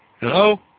Hello